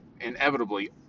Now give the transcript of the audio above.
inevitably